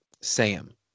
Sam